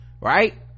right